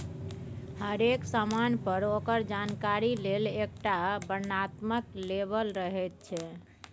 हरेक समान पर ओकर जानकारी लेल एकटा वर्णनात्मक लेबल रहैत छै